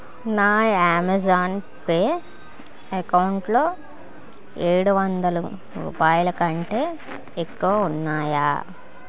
నా Amazon pay account లో ఏడు వందల రూపాయల కంటే ఎక్కువ ఉన్నాయా